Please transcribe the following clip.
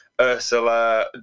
Ursula